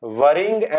worrying